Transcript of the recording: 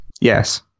yes